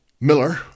Miller